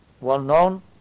well-known